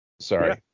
Sorry